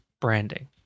branding